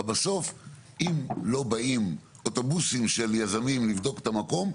בסוף אם לא באים אוטובוסים של יזמים לבדוק את המקום,